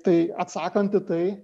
tai atsakant į tai